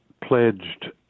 pledged